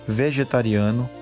vegetariano